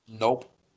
Nope